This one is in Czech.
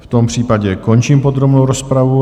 V tom případě končím podrobnou rozpravu.